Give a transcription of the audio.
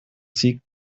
seek